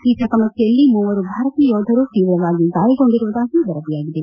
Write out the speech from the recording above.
ಈ ಚಕಮಕಿಯಲ್ಲಿ ಮೂವರು ಭಾರತೀಯ ಯೋಧರು ತೀವ್ರವಾಗಿ ಗಾಯಗೊಂಡಿರುವುದಾಗಿ ವರದಿಯಾಗಿದೆ